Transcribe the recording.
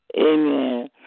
amen